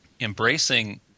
embracing